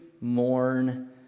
mourn